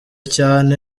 cyane